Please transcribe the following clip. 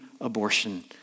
abortion